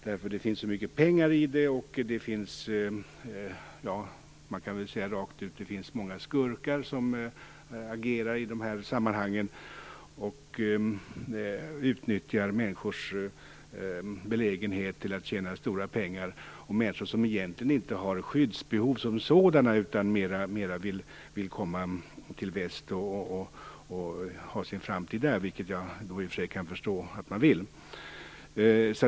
Det finns nämligen mycket pengar i detta, och det finns många, rent ut sagt, skurkar som agerar i dessa sammanhang och utnyttjar människors belägenhet för att tjäna stora pengar. Det rör sig ofta om människor som egentligen inte har något direkt skyddsbehov, utan som vill komma till väst och få en framtid där, vilket jag i och för sig kan förstå.